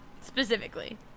Specifically